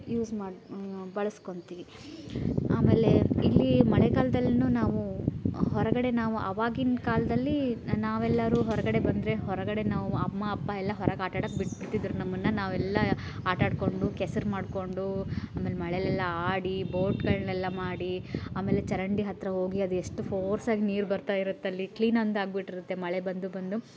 use ಮಾಡಿ ಬಳಸ್ಕೋತೀವಿ ಆಮೇಲೆ ಇಲ್ಲಿ ಮಳೆಗಾಲದಲ್ಲಿನೂ ನಾವು ಹೊರಗಡೆ ನಾವು ಅವಾಗಿಂದು ಕಾಲದಲ್ಲಿ ನಾವೆಲ್ಲರೂ ಹೊರಗಡೆ ಬಂದರೆ ಹೊರ್ಗೆ ನಾವು ಅಮ್ಮ ಅಪ್ಪ ಎಲ್ಲ ಹೊರಗೆ ಆಟಾಡೋಕೆ ಬಿಡ್ತಿದ್ದರು ನಮ್ಮನ್ನು ನಾವೆಲ್ಲ ಆಟಾಡ್ಕೊಂಡು ಕೆಸ್ರು ಮಾಡ್ಕೊಂಡು ಆಮೇಲೆ ಮಳೆಯಲ್ಲೆಲ್ಲ ಆಡಿ ಬೋಟುಗಳ್ನೆಲ್ಲ ಮಾಡಿ ಆಮೇಲೆ ಚರಂಡಿ ಹತ್ತಿರ ಹೋಗಿ ಅದು ಎಷ್ಟು ಫೋರ್ಸಾಗಿ ನೀರು ಬರ್ತಾಯಿರುತ್ತೆ ಅಲ್ಲಿ ಕ್ಲೀನ್ ಒಂದು ಆಗ್ಬಿಟ್ಟಿರುತ್ತೆ ಮಳೆ ಬಂದು ಬಂದು